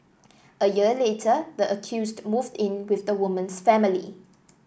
a year later the accused moved in with the woman's family